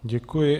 Děkuji.